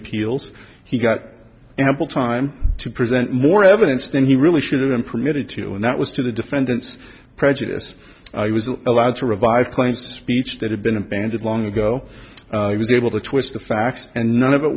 appeals he got ample time to present more evidence than he really should have been permitted to and that was to the defendant's prejudice i was allowed to revive plain speech that had been abandoned long ago i was able to twist the facts and none of it